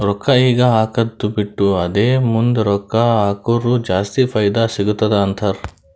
ರೊಕ್ಕಾ ಈಗ ಹಾಕ್ಕದು ಬಿಟ್ಟು ಅದೇ ಮುಂದ್ ರೊಕ್ಕಾ ಹಕುರ್ ಜಾಸ್ತಿ ಫೈದಾ ಸಿಗತ್ತುದ ಅಂತಾರ್